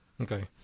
Okay